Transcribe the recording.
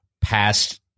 past